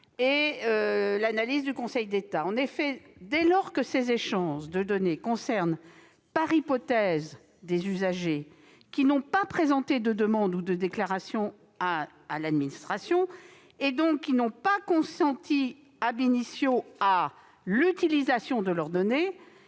de l'analyse du Conseil d'État. Dès lors que les échanges de données concernent par hypothèse des usagers n'ayant pas présenté de demande ou de déclaration à l'administration, donc n'ayant pas consenti à l'utilisation de leurs données,